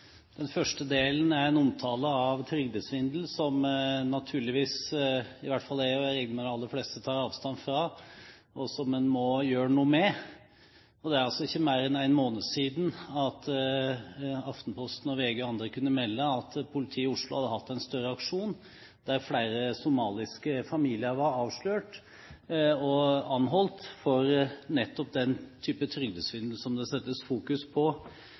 Den første delen er en omtale av trygdesvindel, som naturligvis i hvert fall jeg, og jeg regner med de aller fleste, tar avstand fra, og som en må gjøre noe med. Det er ikke mer enn en måned siden at Aftenposten, VG og andre kunne melde at politiet i Oslo hadde hatt en større aksjon der flere somaliske familier var avslørt og anholdt for nettopp den type trygdesvindel som det fokuseres på.